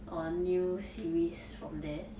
or new series from there